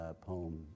poem